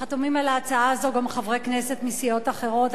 חתומים על ההצעה הזו גם חברי כנסת מסיעות אחרות,